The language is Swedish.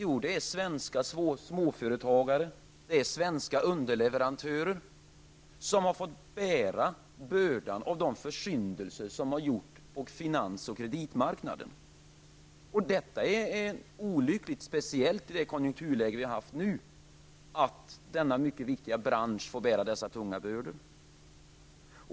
Jo, det är svenska småföretagare och svenska underleverantörer som har fått bära bördan av de försyndelser som har gjorts på finans och kreditmarknaden. Det är olyckligt, speciellt i det konjunkturläge som vi har nu, att denna mycket viktiga bransch får bära dessa tunga bördor.